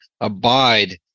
abide